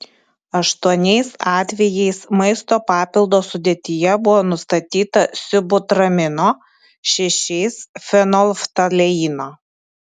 aštuoniais atvejais maisto papildo sudėtyje buvo nustatyta sibutramino šešiais fenolftaleino